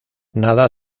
nada